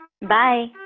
Bye